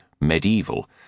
medieval